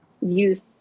use